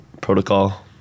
Protocol